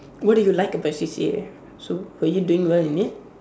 what do you like about your C_C_A so were you doing well in it